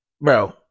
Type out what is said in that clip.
bro